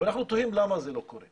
ואנחנו תוהים למה זה לא קורה